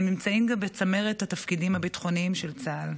הם נמצאים גם בצמרת התפקידים הביטחוניים של צה"ל.